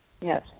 yes